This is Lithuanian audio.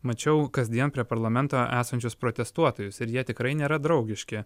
mačiau kasdien prie parlamento esančius protestuotojus ir jie tikrai nėra draugiški